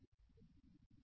Anx2n2n 1n